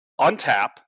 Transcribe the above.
untap